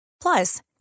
Plus